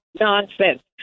nonsense